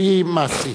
שהיא מעשית: